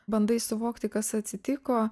bandai suvokti kas atsitiko